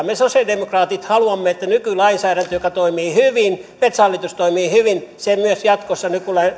me sosialidemokraatit haluamme että nykylainsäädäntö joka toimii hyvin metsähallitus toimii hyvin myös jatkossa